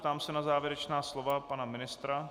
Ptám se na závěrečná slova pana ministra.